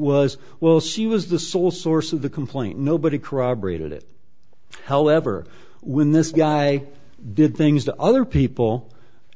was well she was the sole source of the complaint nobody corroborated it however when this guy did things to other people